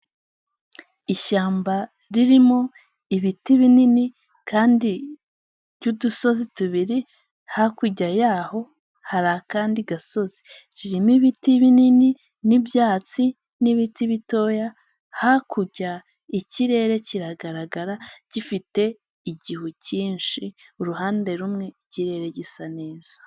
Ishyamba ririmo ibiti binini kandi by'udusozi tubiri, hakurya y'aho hari akandi gasozi, kirimo ibiti binini n'ibyatsi n'ibiti bitoya, hakurya ikirere kiragaragara gifite igihu cyinshi, uruhande rumwe ikirere gisa neza.